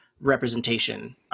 representation